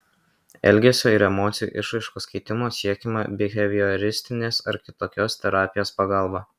elgesio ir emocijų išraiškos keitimo siekiama bihevioristinės ar kitokios terapijos pagalba